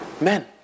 Men